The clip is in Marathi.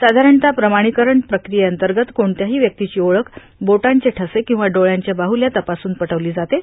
साधारणतः प्रमाणीकरण प्रक्रियेअंतर्गत कोणत्याही व्यक्तीची ओळख बोटांचे ठसे किंवा डोळ्यांच्या बाहुल्या तपासून पटवली जाते